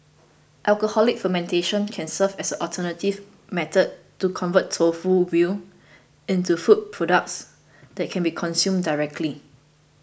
alcoholic fermentation can serve as an alternative method to convert tofu whey into food products that can be consumed directly